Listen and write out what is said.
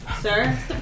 Sir